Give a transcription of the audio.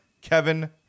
Kevin